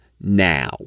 now